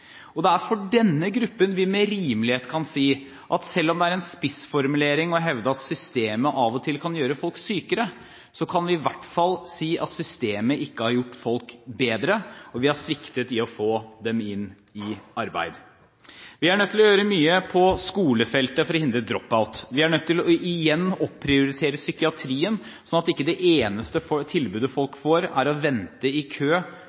Det er for denne gruppen vi med rimelighet kan si at selv om det er en spissformulering å hevde at systemet av og til kan gjøre folk sykere, kan vi i hvert si at systemet ikke har gjort folk bedre, og vi har sviktet i å få dem inn i arbeid. Vi er nødt til å gjøre mye på skolefeltet for å hindre drop-out. Vi er nødt til igjen å opprioritere psykiatrien, slik at ikke det eneste tilbudet folk får, er å vente i kø